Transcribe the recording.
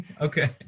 Okay